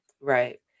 right